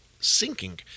sinking